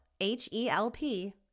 H-E-L-P